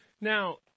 now